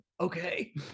okay